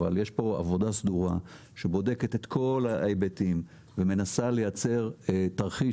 אבל יש פה עבודה סדורה שבודקת את כל ההיבטים ומנסה לייצר תרחיש